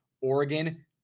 Oregon